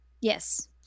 yes